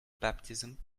baptism